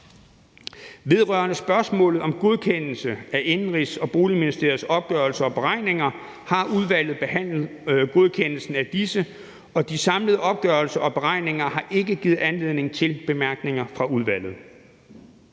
angår spørgsmålet om godkendelse af Indenrigs- og Sundhedsministeriets opgørelse og beregninger, har udvalget behandlet godkendelsen af disse, og de samlede opgørelser og beregninger har ikke givet anledning til bemærkninger fra udvalget.